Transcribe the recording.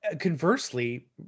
conversely